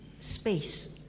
space